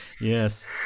Yes